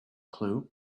clue